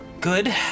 Good